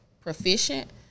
proficient